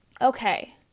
Okay